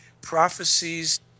Prophecies